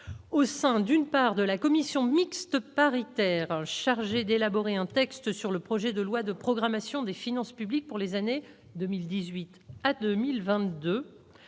au sein d'une part de la commission mixte paritaire chargée d'élaborer un texte sur le projet de loi de programmation des finances publiques pour les années 2018 à 2020,